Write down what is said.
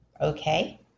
Okay